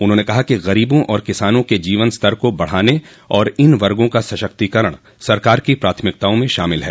उन्होंने कहा कि गरीबों और किसानों के जीवन स्तर बढ़ाने और इन वर्गो का सशक्तोकरण सरकार की प्राथमिकताओं में शामिल है